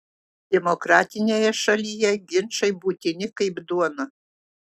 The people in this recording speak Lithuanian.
demokratinėje šalyje ginčai būtini kaip duona